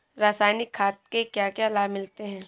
रसायनिक खाद के क्या क्या लाभ मिलते हैं?